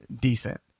decent